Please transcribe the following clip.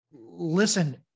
listen